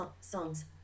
songs